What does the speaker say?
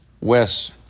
Wes